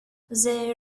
they